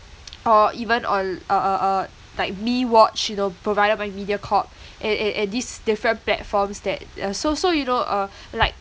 or even on uh uh uh like mewatch you know provided by mediacorp and and and these different platforms that uh so so you know uh like